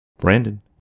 Brandon